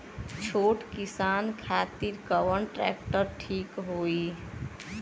छोट किसान खातिर कवन ट्रेक्टर ठीक होई?